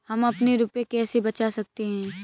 हम अपने रुपये कैसे बचा सकते हैं?